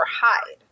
hide